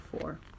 four